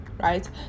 right